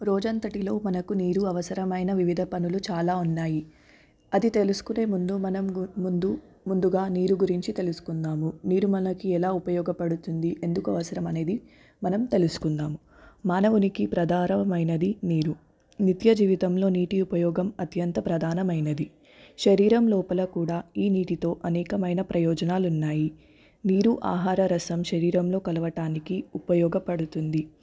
రోజంతటిలో మనకు నీరు అవసరమైన వివిధ పనులు చాలా ఉన్నాయి అది తెలుసుకునే ముందు మనం ముందు ముందుగా నీరు గురించి తెలుసుకుందాము నీరు మనకి ఎలా ఉపయోగపడుతుంది ఎందుకు అవసరమనేది మనం తెలుసుకుందాం మానవుడికి ప్రధానమైనది నీరు నిత్యజీవితంలో నీటి ఉపయోగం అత్యంత ప్రధానమైనది శరీరం లోపల కూడా ఈ నీటితో అనేకమైన ప్రయోజనాలున్నాయి నీరు ఆహార రసం శరీరంలో కలవటానికి ఉపయోగపడుతుంది